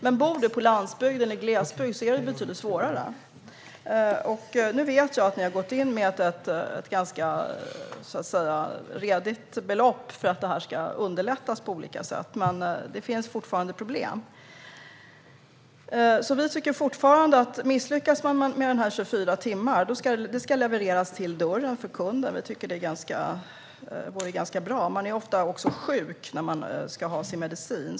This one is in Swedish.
Men bor du på landsbygden eller i glesbygden är det betydligt svårare. Nu vet jag att ni har gått in med ett ganska redigt belopp för att det ska underlättas på olika sätt, men det finns fortfarande problem. Vi tycker att misslyckas man med att hålla 24 timmar ska det levereras till dörren för kunden. Det vore ganska bra. Människor är också ofta sjuka när de ska ha sin medicin.